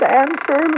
answer